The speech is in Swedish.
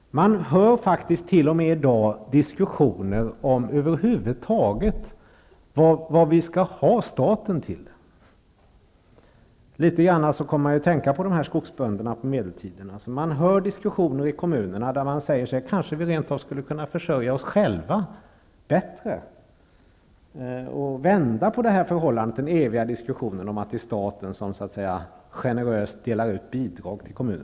Man kan faktiskt i dag höra t.o.m. diskussioner om vad vi över huvud taget skall ha staten till. Jag kommer i det sammanhanget att tänka litet på de medeltida skogsbönderna. Det förs alltså diskussioner i kommunerna. Man säger: Vi kanske rent av skulle kunna försörja oss bättre på egen hand. Man vänder på det hela i den eviga diskussionen om att staten generöst delar ut bidrag till kommunerna.